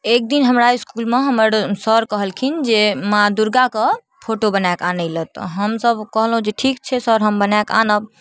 एकदिन हमरा इसकुलमे हमर सर कहलखिन जे माँ दुर्गाके फोटो बनाकऽ आनैलए तऽ हमसभ कहलहुँ जे ठीक छै सर हम बनाकऽ आनब